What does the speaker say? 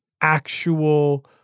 actual